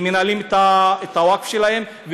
שהם מנהלים את הווקף שלהם,